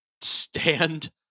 stand